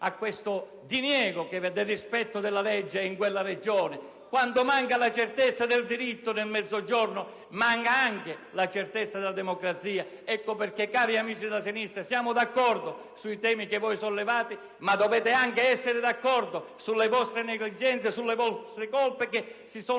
fine al mancato rispetto della legge in quella Regione. Quando manca la certezza del diritto, nel Mezzogiorno manca anche la certezza della democrazia. Ecco perché, cari amici della sinistra, siamo d'accordo sui temi che voi sollevate, ma dovete anche essere d'accordo sulle vostre negligenze e colpe che si sono